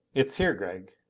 it's here, gregg.